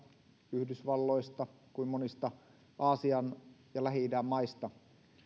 yhdysvalloista kuin monista aasian ja lähi idän maista